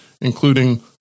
including